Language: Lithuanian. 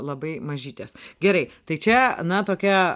labai mažytės gerai tai čia na tokia